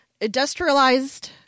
industrialized